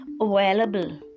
available